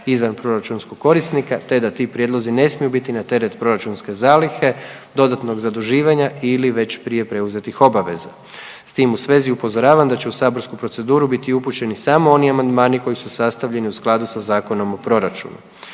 izvanproračunskog korisnika te da ti prijedlozi ne smiju biti na teret proračunske zalihe, dodatnog zaduživanja ili već prije preuzetih obaveza. S tim u svezi upozoravam da će u saborsku proceduru biti upućeni samo oni amandmani koji su sastavljeni u skladu sa Zakonom o proračunu.